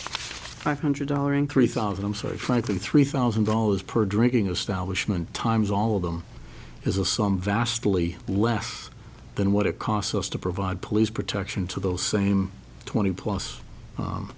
five hundred dollars in three thousand i'm sorry franklin three thousand dollars per drinking establishment times all of them is a sum vastly less than what it costs us to provide police protection to those same twenty plus